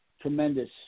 tremendous